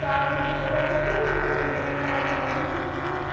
तो आप मुझे बता सकते हो इसका किराया और पेमेंट कितना होगा